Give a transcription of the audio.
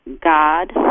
God